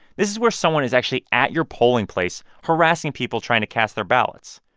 this is where someone is actually at your polling place harassing people trying to cast their ballots.